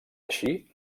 així